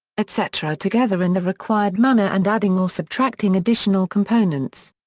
etc. together in the required manner and adding or subtracting additional components.